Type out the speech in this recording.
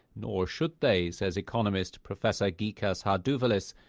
nor should they, says economist, professor gikas hardouvelis.